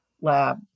lab